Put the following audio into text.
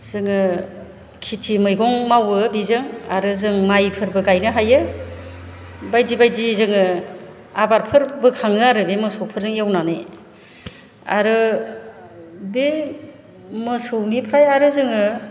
जोङो खिथि मैगं मावो बिजों आरो जों माइफोरबो गायनो हायो बायदि बायदि जोङो आबादफोर बोखाङो आरो बे मोसौफोरजों एवनानै आरो बे मोसौनिफ्राय आरो जोङो